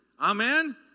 Amen